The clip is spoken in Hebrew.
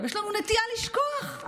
יש לנו נטייה לשכוח,